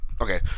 Okay